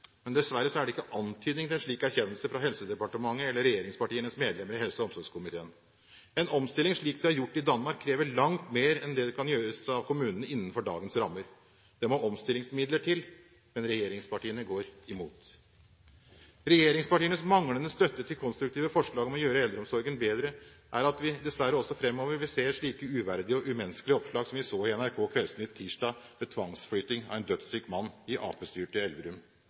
Men dessverre er det ikke antydning til en slik erkjennelse fra Helsedepartementet eller regjeringspartienes medlemmer i helse- og omsorgskomiteen. En omstilling slik de har gjort i Danmark, krever langt mer enn at det kan gjøres av kommunene innenfor dagens rammer. Det må omstillingsmidler til. Men regjeringspartiene går imot. Regjeringspartienes manglende støtte til konstruktive forslag om å gjøre eldreomsorgen bedre gjør at vi dessverre også fremover vil se slike uverdige og umenneskelige oppslag som vi så på NRK Kveldsnytt tirsdag med tvangsflytting av en dødssyk mann i arbeiderpartistyrte Elverum.